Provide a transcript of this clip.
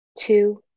two